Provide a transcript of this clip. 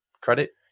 credit